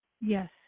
yes